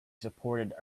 supported